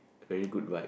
very good vibe